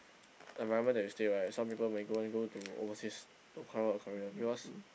environment that you stay right some people may go then go to overseas to carve out their career because